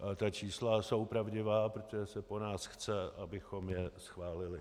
A ta čísla jsou pravdivá, protože se po nás chce, abychom je schválili.